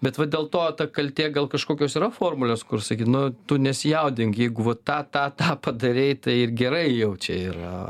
bet va dėl to ta kaltė gal kažkokios yra formulės kur sakyt nu tu nesijaudink jeigu va tą tą tą padarei tai ir gerai jau čia yra